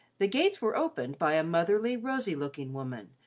the gates were opened by a motherly, rosy-looking woman,